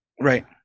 Right